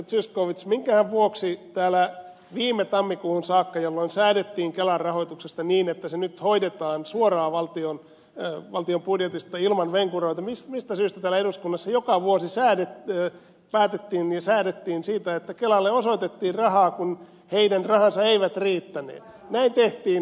zyskowicz minkähän vuoksi täällä viime tammikuuhun saakka jolloin säädettiin kelan rahoituksesta niin että se nyt hoidetaan suoraan valtion budjetista ilman venkuroita täällä eduskunnassa joka vuosi päätettiin ja säädettiin siitä että kelalle osoitettiin rahaa kun sen rahat eivät riittäneet